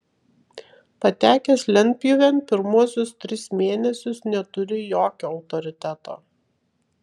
patekęs lentpjūvėn pirmuosius tris mėnesius neturi jokio autoriteto